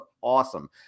awesome